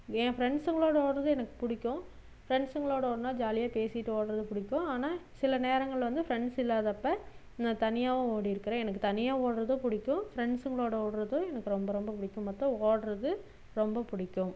என் ஃப்ரெண்ஸ்ஸுங்களோடு ஓடுறது எனக்கு பிடிக்கும் ஃப்ரெண்ஸ்ஸுங்களோடு ஓடினா ஜாலியாக பேசிகிட்டு வரது பிடிக்கும் ஆனால் சில நேரங்களில் வந்து ஃப்ரெண்ட்ஸ் இல்லாதப்போ நான் தனியாகவும் ஓடியிருக்குறேன் எனக்கு தனியாக ஓடுறதும் பிடிக்கும் ஃப்ரெண்ஸ்ஸுங்களோடு ஓடுறது எனக்கு ரொம்ப ரொம்ப பிடிக்கும் மொத்தம் ஓடுறது ரொம்ப பிடிக்கும்